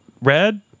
Red